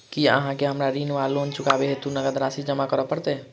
की अहाँ केँ हमरा ऋण वा लोन चुकेबाक हेतु नगद राशि जमा करऽ पड़त?